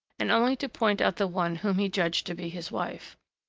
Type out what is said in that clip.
and only to point out the one whom he judged to be his wife.